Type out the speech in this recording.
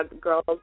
Girls